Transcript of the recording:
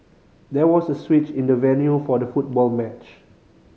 there was a switch in the venue for the football match